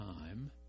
time